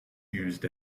used